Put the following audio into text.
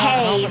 Hey